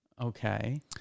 Okay